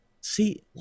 See